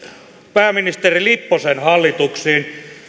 pääministeri lipposen hallituksiin